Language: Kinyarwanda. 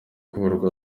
kuyoborwa